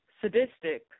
sadistic